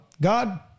God